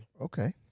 Okay